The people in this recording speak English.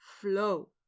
flow